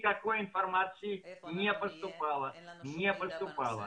יש פה 440% בנייה ותשע קומות.